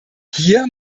hier